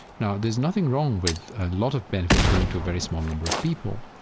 now, there's nothing wrong with a lot of benefit going to a very small number of people,